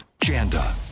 Janda